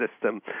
system